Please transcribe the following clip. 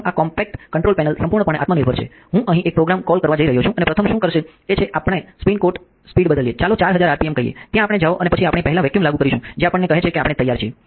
પ્રથમ આ compact control panel સંપૂર્ણપણે આત્મનિર્ભર છે હું અહીં એક પ્રોગ્રામ કોલ કરવા જઇ રહ્યો છું અને પ્રથમ શું કરશે તે છે કે આપણે સ્પિન સ્પીડ બદલીએ ચાલો 4000 આરપીએમ કહીએ ત્યાં આપણે જાઓ અને પછી આપણે પહેલા વેક્યૂમ લાગુ કરીશું જે આપણને કહે છે કે આપણે તૈયાર છીએ